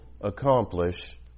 accomplish